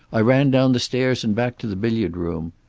i ran down the stairs, and back to the billiard room.